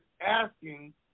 asking